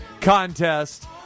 Contest